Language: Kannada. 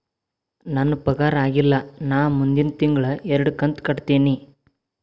ನನ್ನ ಪಗಾರ ಆಗಿಲ್ಲ ನಾ ಮುಂದಿನ ತಿಂಗಳ ಎರಡು ಕಂತ್ ಕಟ್ಟತೇನಿ